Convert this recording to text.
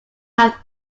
have